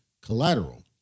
collateral